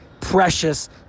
precious